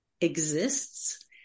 exists